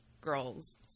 girls